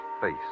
face